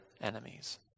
enemies